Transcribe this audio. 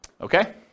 okay